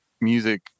music